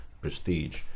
prestige